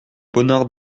bonheur